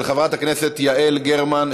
של חברת הכנסת יעל גרמן,